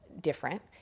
different